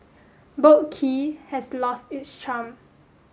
Boat Quay has lost its charm